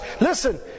listen